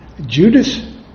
Judas